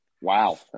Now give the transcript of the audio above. wow